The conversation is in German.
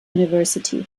university